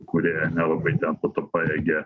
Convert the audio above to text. kurie nelabai ten pajėgia